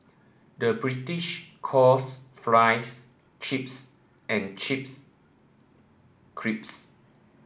the British calls fries chips and chips crisps